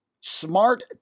smart